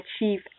achieve